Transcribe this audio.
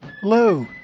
Hello